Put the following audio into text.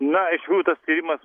na iš tikrųjų tas tyrimas